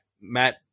Matt